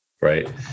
right